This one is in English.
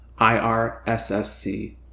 IRSSC